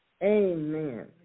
Amen